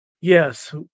yes